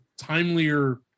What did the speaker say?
timelier